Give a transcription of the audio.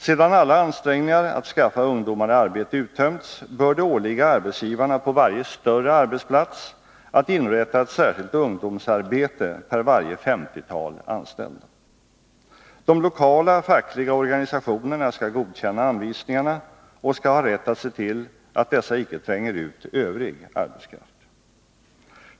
Sedan alla ansträngningar att skaffa ungdomar arbete uttömts bör det åligga arbetsgivaren på varje större arbetsplats att inrätta ett särskilt ungdomsarbete per 50-tal anställda. De lokala fackliga organisationerna skall godkänna anvisningarna och skall ha rätt att se till att dessa arbeten icke tränger ut övrig arbetskraft.